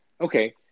Okay